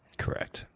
correct.